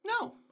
No